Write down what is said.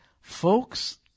Folks